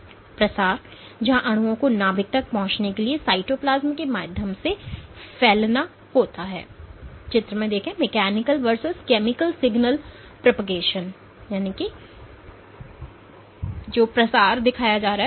प्रसार जहां अणुओं को नाभिक तक पहुंचने के लिए साइटोप्लाज्म के माध्यम से फैलाना होता है